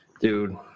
dude